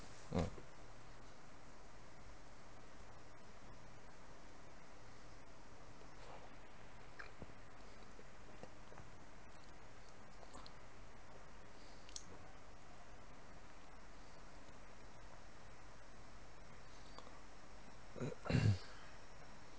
mm